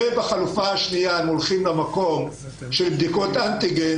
ובחלופה שנייה הולכים למקום של בדיקות אנטיגן,